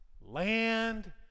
land